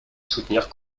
soutenir